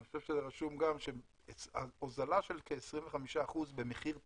אני חושב שרשום גם שהוזלה של כ-25% במחיר תמר.